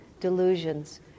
delusions